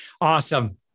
Awesome